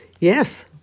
Yes